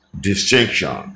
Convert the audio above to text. distinction